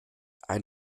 ein